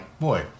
boy